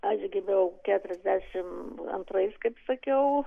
aš gimiau keturiasdešimt antrais kaip sakiau